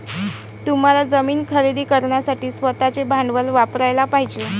तुम्हाला जमीन खरेदी करण्यासाठी स्वतःचे भांडवल वापरयाला पाहिजे